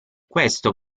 questo